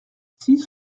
six